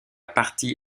partie